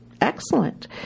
excellent